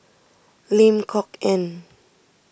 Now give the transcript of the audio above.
Lim Kok Ann